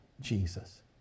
Jesus